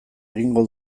egingo